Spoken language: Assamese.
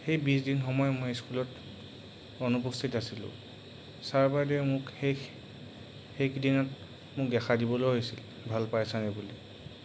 সেই বিছদিন সময় মই স্কুলত অনুপস্থিত আছিলোঁ ছাৰ বাইদেউ মোক সেই সেইকেইদিনত মোক দেখা দিবলৈও আহিছিল ভাল পাইছা নাই বুলি